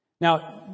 Now